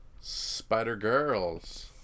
Spider-Girls